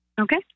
Okay